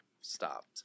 stopped